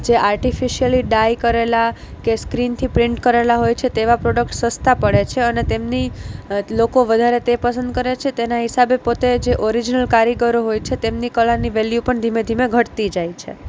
જે artificially dye કરેલા કે સ્ક્રીનથી પ્રિન્ટ કરેલા હોય છે તેવા પ્રોડક્ટ સસ્તા પડે છે અને તેમની લોકો વધારે તે પસંદ કરે છે તેના હિસાબે પોતે જે ઓરિજનલ કારીગરો હોય છે તેમની કળાની વેલ્યુ પણ ધીમે ધીમે ઘટતી જાય છે